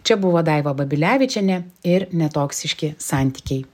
čia buvo daiva babilevičienė ir netoksiški santykiai